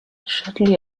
shortly